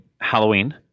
Halloween